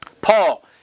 Paul